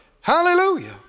Hallelujah